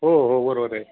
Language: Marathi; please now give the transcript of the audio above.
हो हो बरोबर आहे